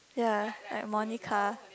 ya like Monica